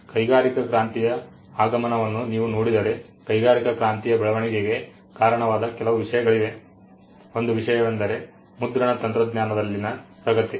ಕೈಗಾರಿಕಾ ಕ್ರಾಂತಿಯ ಆಗಮನವನ್ನು ನೀವು ನೋಡಿದರೆ ಕೈಗಾರಿಕಾ ಕ್ರಾಂತಿಯ ಬೆಳವಣಿಗೆಗೆ ಕಾರಣವಾದ ಕೆಲವು ವಿಷಯಗಳಿವೆ ಒಂದು ವಿಷಯವೆಂದರೆ ಮುದ್ರಣ ತಂತ್ರಜ್ಞಾನದಲ್ಲಿನ ಪ್ರಗತಿ